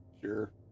Sure